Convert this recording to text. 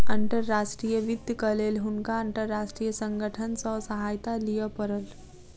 अंतर्राष्ट्रीय वित्तक लेल हुनका अंतर्राष्ट्रीय संगठन सॅ सहायता लिअ पड़ल